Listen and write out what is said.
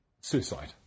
suicide